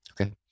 Okay